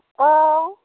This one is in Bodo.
औ